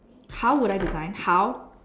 how would I design how